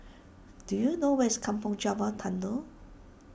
do you know where is Kampong Java Tunnel